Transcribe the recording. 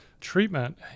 Treatment